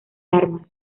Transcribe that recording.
armas